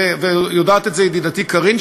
ויודעת את זה ידידתי קארין,